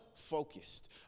focused